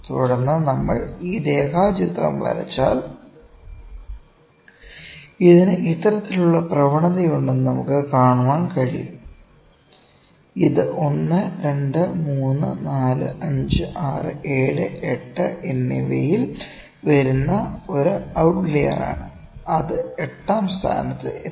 തുടർന്ന് നമ്മൾ ഈ രേഖാചിത്രം വരച്ചാൽ ഇതിന് ഇത്തരത്തിലുള്ള പ്രവണതയുണ്ടെന്ന് നമുക്ക് കാണാൻ കഴിയും ഇത് 1 2 3 4 5 6 7 8 എന്നിവയിൽ വന്ന ഒരു ഔട്ട്ലിയറാണ് അത് എട്ടാം സ്ഥാനത്ത് എത്തി